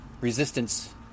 resistance